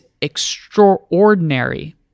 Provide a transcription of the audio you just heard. extraordinary